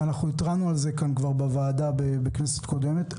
התרענו על זה כאן בוועדה בכנסת הקודמת,